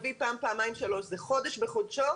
נביא פעם-פעמיים אלא זה חודש בחודשו